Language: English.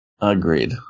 Agreed